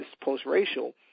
post-racial